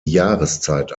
jahreszeit